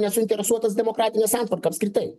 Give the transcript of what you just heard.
nesuinteresuotas demokratine santvarka apskritai